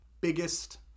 biggest